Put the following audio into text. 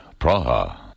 Praha